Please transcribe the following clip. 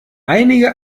einige